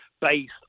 based